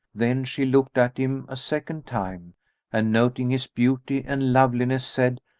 then she looked at him a second time and, noting his beauty and loveliness, said,